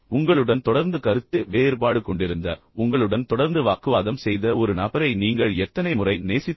உங்களுடன் தொடர்ந்து கருத்து வேறுபாடு கொண்டிருந்த உங்களுடன் தொடர்ந்து வாக்குவாதம் செய்த ஒரு நபரை நீங்கள் எத்தனை முறை நேசித்தீர்கள்